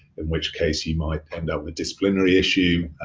in which case you might end up with disciplinary issue,